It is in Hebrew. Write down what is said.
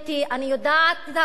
אני יודעת את החוק.